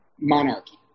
monarchy